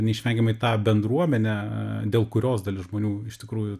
neišvengiamai tą bendruomenę dėl kurios dalis žmonių iš tikrųjų